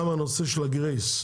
גם הנושא של הגרייס,